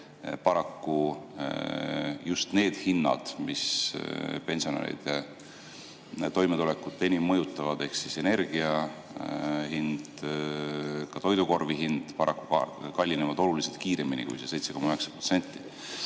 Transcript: paraku just need hinnad, mis pensionäride toimetulekut enim mõjutavad, ehk energia hind, ka toidukorvi hind paraku kallinevad oluliselt kiiremini kui see 7,9%.